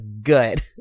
good